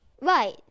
Right